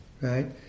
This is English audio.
right